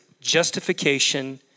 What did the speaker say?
justification